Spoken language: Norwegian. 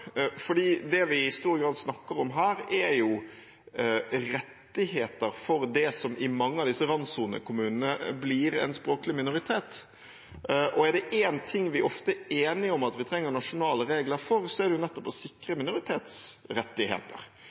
Det vi i stor grad snakker om her, er rettigheter for det som i mange av disse randsonekommunene blir en språklig minoritet. Er det én ting vi ofte er enige om at vi trenger nasjonale regler for, er det nettopp å sikre minoritetsrettigheter